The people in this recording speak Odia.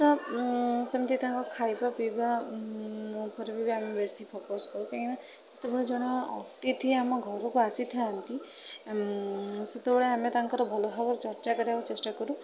ତ ସେମିତି ତାଙ୍କ ଖାଇବାପିଇବା ଉପରେ ବି ଆମେ ବେଶୀ ଫୋକସ୍ କରୁ କାହିଁକି ନା ଯେତେବେଳେ ଜଣେ ଅତିଥି ଆମ ଘରକୁ ଆସିଥାନ୍ତି ସେତେବେଳେ ଆମେ ତାଙ୍କର ଭଲ ଭାବରେ ଚର୍ଚ୍ଚା କରିବାକୁ ଚେଷ୍ଟା କରୁ